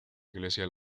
iglesia